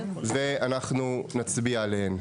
ואנחנו נצביע עליהן.